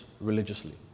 religiously